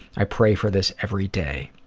i pray for this every day.